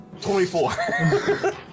24